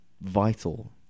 vital